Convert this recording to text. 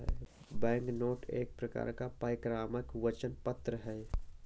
banknote एक प्रकार का परक्राम्य वचन पत्र है